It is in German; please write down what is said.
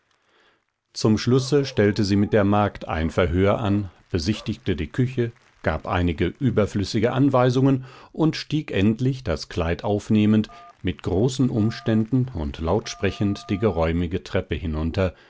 zum schlusse stellte sie mit der magd ein verhör an besichtigte die küche gab einige überflüssige anweisungen und stieg endlich das kleid aufnehmend mit großen umständen und laut sprechend die geräumige treppe hinunter